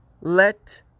let